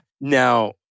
Now